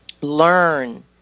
learn